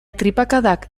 tripakadak